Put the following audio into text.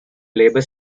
labour